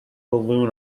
balloon